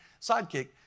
sidekick